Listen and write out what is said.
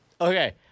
Okay